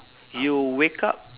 you wake up